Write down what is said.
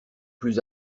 plus